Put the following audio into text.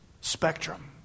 spectrum